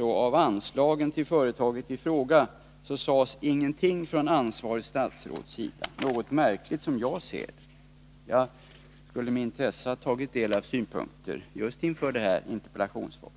av anslagen till företaget i fråga, så sades ingenting av det ansvariga statsrådet. Det är något märkligt, som jag ser det. Jag skulle med intresse ha tagit del av synpunkter, just inför detta interpellationssvar.